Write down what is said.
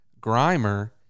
grimer